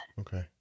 Okay